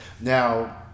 Now